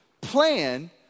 plan